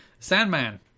Sandman